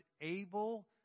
able